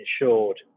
insured